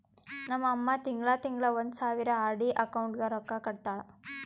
ನಮ್ ಅಮ್ಮಾ ತಿಂಗಳಾ ತಿಂಗಳಾ ಒಂದ್ ಸಾವಿರ ಆರ್.ಡಿ ಅಕೌಂಟ್ಗ್ ರೊಕ್ಕಾ ಕಟ್ಟತಾಳ